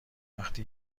وقتی